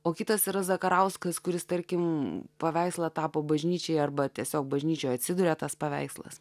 o kitas yra zakarauskas kuris tarkim paveikslą tapo bažnyčiai arba tiesiog bažnyčioje atsiduria tas paveikslas